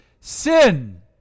sin